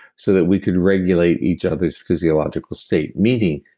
so that we could regulate each other's physiological state. meaning,